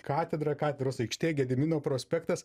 katedra katedros aikštė gedimino prospektas